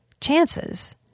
chances